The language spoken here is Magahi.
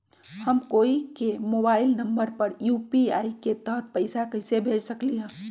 हम कोई के मोबाइल नंबर पर यू.पी.आई के तहत पईसा कईसे भेज सकली ह?